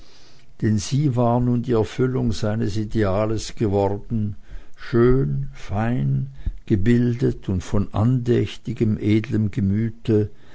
denn sie war nun die erfüllung seines ideales geworden schön fein gebildet und von andächtigem edlem gemüte